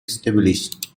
established